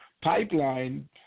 pipeline